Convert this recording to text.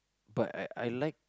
but I I like